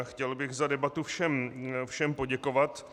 Chtěl bych za debatu všem poděkovat.